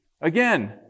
Again